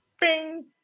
Bing